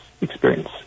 experience